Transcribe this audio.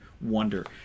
wonder